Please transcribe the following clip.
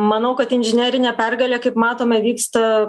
manau kad inžinerinė pergalė kaip matome vyksta